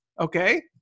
okay